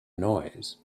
noise